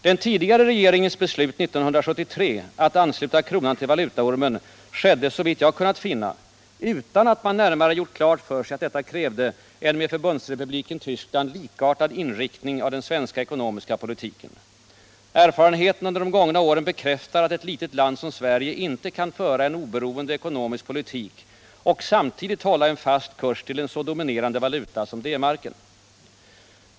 Den tidigare regeringens beslut 1973 att ansluta kronan till valutaormen skedde, såvitt jag kunnat finna, utan att man närmare gjort klart för sig att detta krävde en med Förbundsrepubliken Tyskland likartad inriktning av den svenska ekonomiska politiken. Erfarenheterna under de gångna åren bekräftar att ett litet land som Sverige inte kan föra en oberoende ekonomisk politik och samtidigt hålla en fast kurs till en så dominerande valuta som D-marken.